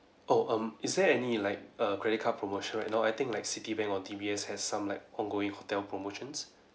oh um is there any like a credit card promotion right now I think like citibank or D_B_S has some like ongoing hotel promotions